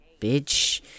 bitch